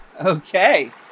Okay